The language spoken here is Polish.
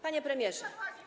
Panie Premierze!